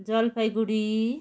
Jalpaiguri